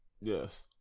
Yes